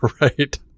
right